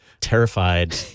terrified